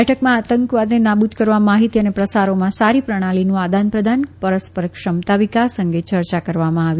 બેઠકમાં આતંકવાદને નાબૂદ કરવા માહિતી ને પ્રસારોમાં સારી પ્રણાલીનું આદાન પ્રદાન પરસ્પર ક્ષમતા વિકાસ અંગે ચર્ચા કરવામાં આવી